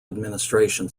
administration